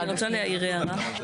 אדוני, אני רוצה להעיר הערה.